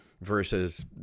versus